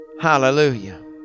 Hallelujah